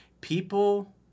people